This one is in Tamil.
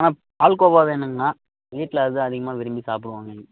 ஆ பால்கோவா வேணுங்கண்ணா வீட்டில் அதுதான் அதிகமாக விரும்பி சாப்பிடுவாங்கங்க